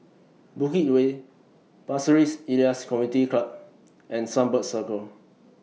Bukit Way Pasir Ris Elias Community Club and Sunbird Circle